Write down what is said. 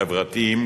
חברתיים,